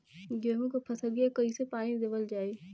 गेहूँक फसलिया कईसे पानी देवल जाई?